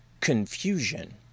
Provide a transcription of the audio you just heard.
Confusion